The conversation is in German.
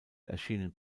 erschienen